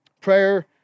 Prayer